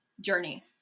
journey